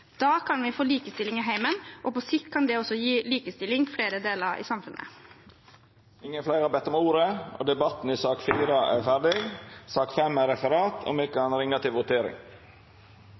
Da kan vi få likestilling i heimen, og på sikt kan det gi likestilling i flere deler av samfunnet. Fleire har ikkje bedt om ordet til sak nr. 4. Då er Stortinget klar til å gå til votering. Under debatten er